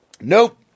Nope